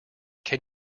can